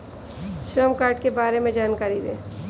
श्रम कार्ड के बारे में जानकारी दें?